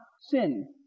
sin